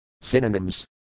Synonyms